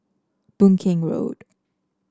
Boon Keng Road